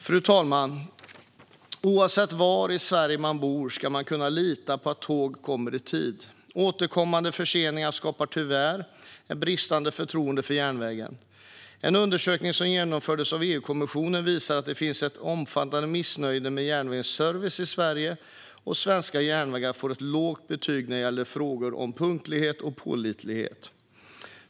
Fru talman! Oavsett var i Sverige man bor ska man kunna lita på att tåg kommer i tid. Återkommande förseningar skapar tyvärr ett bristande förtroende för järnvägen. En undersökning som genomfördes av EU-kommissionen visar att det finns ett omfattande missnöje med järnvägens service i Sverige, och svenska järnvägar får ett lågt betyg när det gäller frågor om punktlighet och pålitlighet.